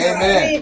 Amen